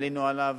עלינו עליו,